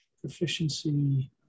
Proficiency